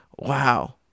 wow